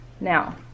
Now